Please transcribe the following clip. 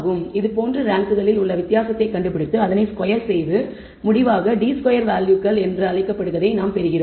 எனவே இதுபோன்று ரேங்க்களில் உள்ள வித்தியாசத்தை கண்டுபிடித்து அதனை ஸ்கொயர் செய்து முடிவாக d ஸ்கொயர் வேல்யூகள் என்று அழைக்கப்படுவதைப் பெறுவோம்